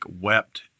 wept